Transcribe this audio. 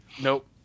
Nope